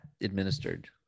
administered